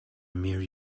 mere